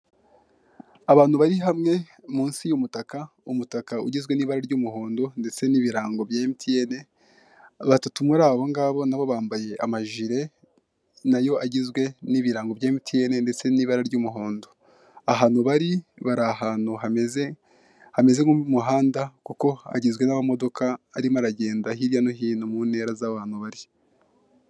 Abantu bari hamwe munsi y'umutaka , umutaka ugizwe nibara ry'umuhondo ndetse n'ibirango bya MTN,batatu murabo bambaye amajire nayo agizwe n'ibirango bya MTN ndetse nibara ry'umuhondo. Ahantu bari barahantu hameze nko mu muhanda kuko hagizwe nama modoka arimo aragenda hirya no hino muntera z'aho abantu bari.